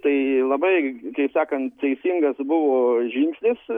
tai labai kai sakant teisingas buvo žingsnis